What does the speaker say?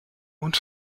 und